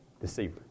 Deceiver